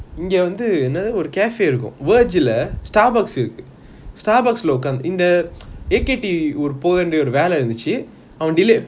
இங்க வந்து ஒரு:inga vanthu oru cafe இருக்கும்:irukum Starbucks Starbucks உக்காந்து இந்த வெல்ல ஒரு இருந்துச்சி அவன்:ukanthu intha vella oru irunthuchi avan delay